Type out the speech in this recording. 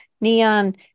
Neon